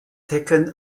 taken